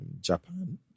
Japan